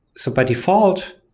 so, by default,